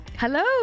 Hello